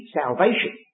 salvation